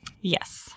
Yes